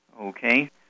okay